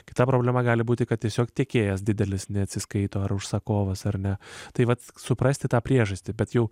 kita problema gali būti kad tiesiog tekėjęs didelis neatsiskaito ar užsakovas ar ne tai vat suprasti tą priežastį bet jau